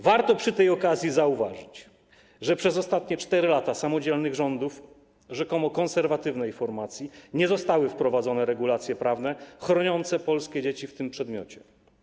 Warto przy tej okazji zauważyć, że przez ostatnie 4 lata samodzielnych rządów rzekomo konserwatywnej formacji nie zostały wprowadzone regulacje prawne chroniące polskie dzieci w tym przedmiocie.